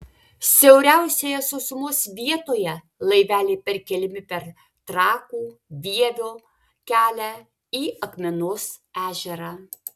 siauriausioje sausumos vietoje laiveliai perkeliami per trakų vievio kelią į akmenos ežerą